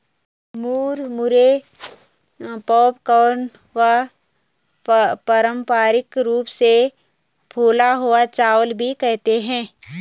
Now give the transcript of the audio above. मुरमुरे पॉपकॉर्न व पारम्परिक रूप से फूला हुआ चावल भी कहते है